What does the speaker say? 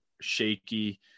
shaky